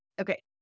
Okay